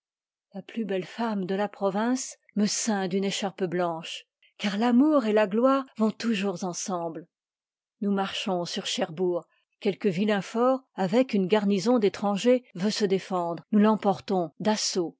la plus belle femme de u province me ceintd'une ccliarpe blanche car l'amour et la gloire vont toujours enh semble nous marchons sur cherbourg pielquc vilain fort avec une garnison d'étrangers veut se défendi e nous l'emportons d'assaut